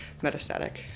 metastatic